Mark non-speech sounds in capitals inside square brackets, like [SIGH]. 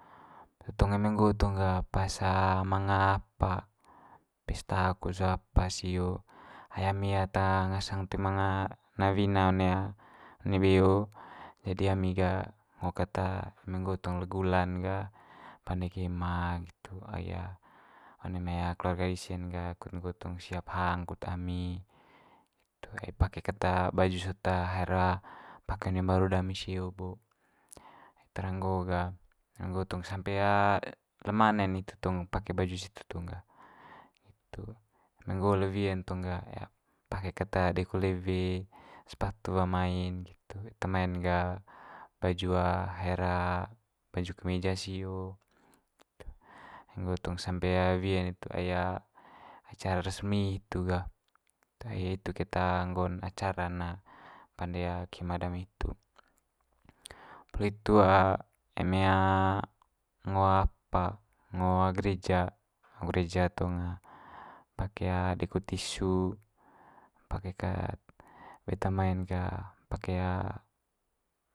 [UNINTELLIGIBLE] eme nggo tong ga pas manga apa pesta ko apa sio ai ami ata ngasang toe manga na wina one one beo jadi ami ga eme ngo ket eme nggo tong le gula'n ga pande kema nggitu. Ai one mai keluarga dise'n ga kudut nggo tong siap hang kut ami. [UNINTELLIGIBLE] Ai pake ket baju sot haer pake one mbaru dami sio bo. Itu tara nggo ga eme nggo otng sampe le mane'n ite tong pake baju situ tong ga, nggitu. Eme nggo le wie'n tong ga pake ket deko lewe, sepatu wa mai'n, eta mai'n ga baju haer baju kemeja sio [UNINTELLIGIBLE] ai nggo tong sampe wie nitu ai acara resmi hitu ga [UNINTELLIGIBLE] hitu keta acara'n na pande kema dami hitu. Poli hitu eme ngo apa ngo gereja ngo gereja tong pake deko tisu pake ked beta mai'n ga pake